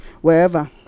wherever